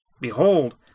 Behold